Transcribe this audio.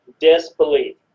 disbelief